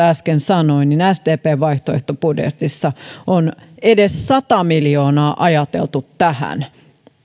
äsken sanoi niin sdpn vaihtoehtobudjetissa on edes sata miljoonaa ajateltu tähän